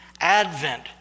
Advent